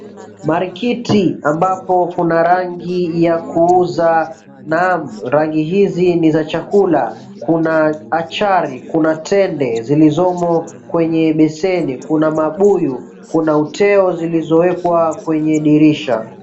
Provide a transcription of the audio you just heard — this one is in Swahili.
Marikiti ambapo kuna rangi ya kuuza, naam. Rangi hizi ni za kuuza chakula, kuna achari, kuna tende zilizomo kwenye beseni, kuna mabuyu, kuna uteo zilizowekwa kwenye dirisha.